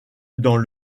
dans